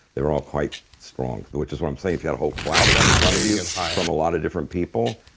they were all quite strong. which is what i'm saying. if you had a whole cloud of that in front of you and from a lot of different people.